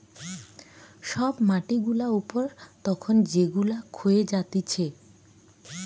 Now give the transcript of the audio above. সব মাটি গুলা উপর তখন যেগুলা ক্ষয়ে যাতিছে